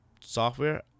software